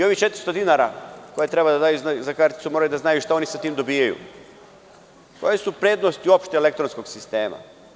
Ovih 400 dinara koje treba da daju za karticu, moraju da znaju šta oni sa tim dobijaju, koje su uopšte prednosti elektronskog sistema.